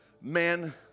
man